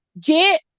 get